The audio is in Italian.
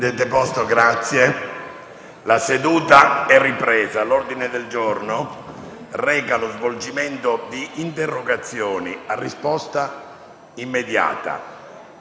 una nuova finestra"). L'ordine del giorno reca lo svolgimento di interrogazioni a risposta immediata